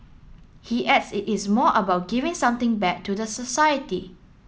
he adds that it is more about giving something back to the society